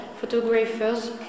photographers